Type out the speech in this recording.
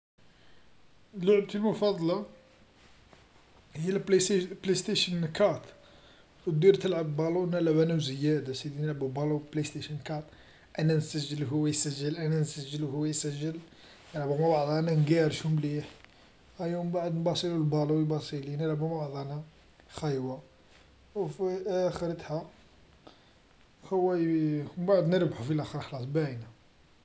لعبتي مفضلة هي البلاي- البلايستيشن أربعة، ودير تلعب بالون نلعب أنا وزياد أسيدي نلعبو بالو في بلايستيشن أربعة انا نسجل هو يسجل انا نسجل وهو يسجل. نلعبو مع بعضنا نقارشو مليح، أيا من بعد نباصيلو البالو ويباصلي، نلعبو مع بعضنا خيوة أو في أخرتها هو من بعد نربحو في لخرا خلاص باينة.